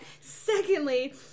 secondly